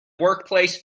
workplace